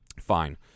fine